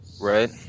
Right